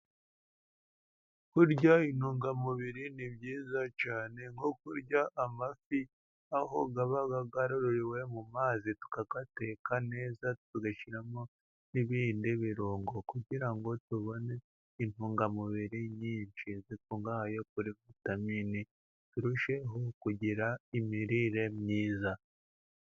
Kurya intungamubiri ni byiza cyane. Nko kurya amafi, aho aba yarororewe mu mazi, tukakateka neza, tugashyiramo n'ibindi birungo, kugira ngo tubone intungamubiri nyinshi zikungahaye kuri vitamine. Turusheho kugira imirire myiza.